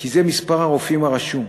כי זה מספר הרופאים הרשום,